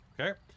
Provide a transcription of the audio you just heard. okay